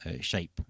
shape